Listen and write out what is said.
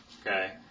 Okay